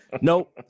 Nope